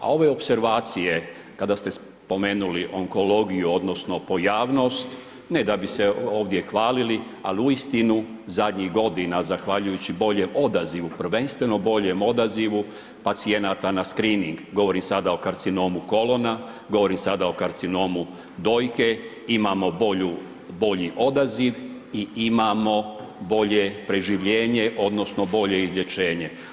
A ove opservacije kada ste spomenuli onkologiju, odnosno pojavnost, ne da bi se ovdje hvalili ali uistinu zadnjih godina zahvaljujući boljem odazivu, prvenstveno boljem odazivu pacijenata na screening, govorim sada o karcinomu kolona, govorim sada o karcinomu dojke, imamo bolji odaziv i imamo bolje preživljenje odnosno bolje izlječenje.